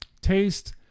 taste